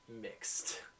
Mixed